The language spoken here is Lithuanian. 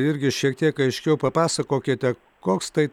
irgi šiek tiek aiškiau papasakokite koks tai